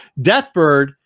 Deathbird